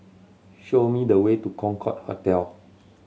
show me the way to Concorde Hotel